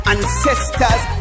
Ancestors